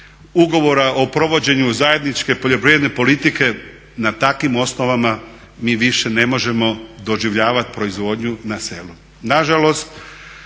ugovora o provođenju zajedničke poljoprivredne politike na takvim osnovama mi više ne možemo doživljavati proizvodnju na selu.